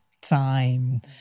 time